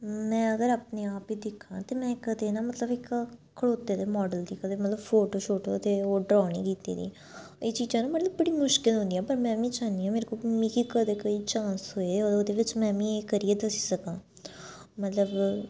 में अगर अपने आप गी दिक्खां ते में इक दिन मतलब इक खड़ोते दे मॉडल दी कदें मतलब फोटो शूट ते ओह् ड्रा नी कीती दी एह् चीज़ां ना मतलब बड़ी मुश्कल होंदिया पर मैं मी चाह्न्नी आं मेरे कि मिगी कदें कोई चांस थ्होऐ ओह्दे बिच्च मै मि एह् करियै दस्सी सकां मतलब